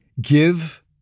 Give